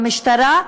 במשטרה,